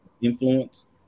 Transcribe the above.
influence